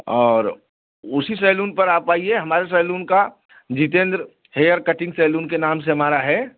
और उसी सैलून पर आप आइए हमारे सैलून का जीतेन्द्र हेयर कटिंग सैलून के नाम से हमारा है